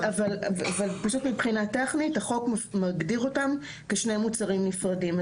אבל פשוט מבחינה טכנית החוק מגדיר אותם כשני מוצרים נפרדים.